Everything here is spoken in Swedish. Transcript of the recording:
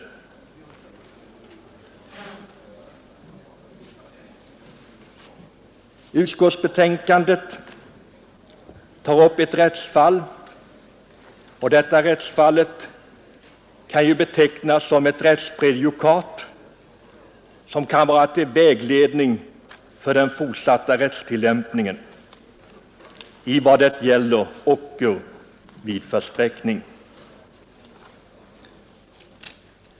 I utskottsbetänkandet tas ett rättsfall upp, vilket kan betecknas som ett prejudikat till ledning för den fortsatta rättstillämpningen i vad gäller ocker vid försträckning.